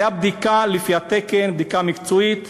זאת הבדיקה לפי התקן, בדיקה מקצועית.